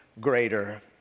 greater